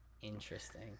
Interesting